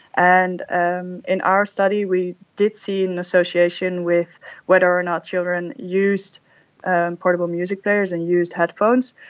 and and in our study we did see an association with whether or not children used and portable music players and used headphones.